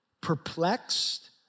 perplexed